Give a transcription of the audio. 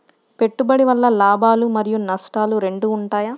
పెట్టుబడి వల్ల లాభాలు మరియు నష్టాలు రెండు ఉంటాయా?